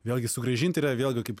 vėlgi sugrąžinti yra vėlgi kaip